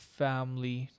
family